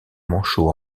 manchot